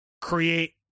create